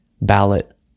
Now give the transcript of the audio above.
ballot